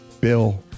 Bill